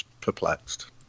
perplexed